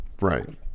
right